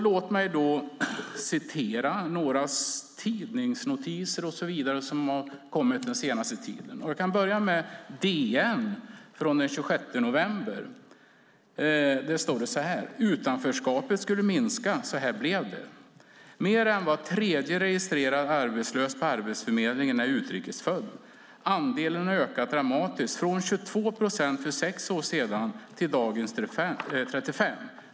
Låt mig då återge vad som har stått i en del tidningsnotiser den senaste tiden. I DN den 26 november finns följande notis: Utanförskapet skulle minska - så här blev det. Mer än vad tredje registrerad arbetslös på Arbetsförmedlingen är utrikes född. Andelen har ökat dramatiskt från 22 procent för sex år sedan till dagens 35.